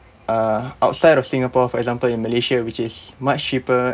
uh outside of singapore for example in malaysia which is much cheaper